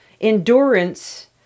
endurance